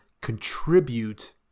contribute